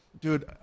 dude